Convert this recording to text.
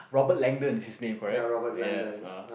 Robert Lyndon his name correct yes ah